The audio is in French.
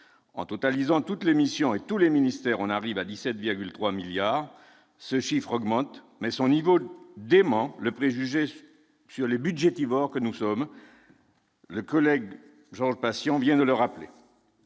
en totalisant toutes les missions et tous les ministères, on arrive à 17,3 milliards ce chiffre augmente mais son niveau dément le préjugé sur les budgétivores que nous sommes. Le collègue Georges Patient vient de le rappeler.